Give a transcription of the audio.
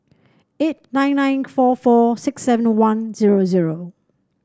eight nine nine four four six seven one zero zero